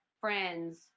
friends